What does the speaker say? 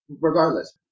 Regardless